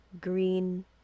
green